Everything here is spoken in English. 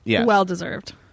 Well-deserved